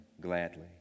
gladly